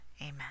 Amen